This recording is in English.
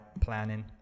planning